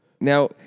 Now